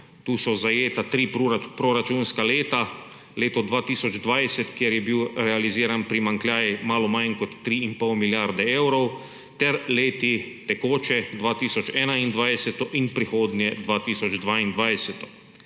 Tu so zajeta tri proračunska leta: leto 2020, kjer je bil realiziran primanjkljaj malo manj kot 3 in pol milijarde evrov, ter tekoče 2021 in prihodnje leto